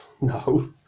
No